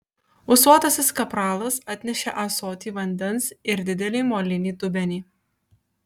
ūsuotasis kapralas atnešė ąsotį vandens ir didelį molinį dubenį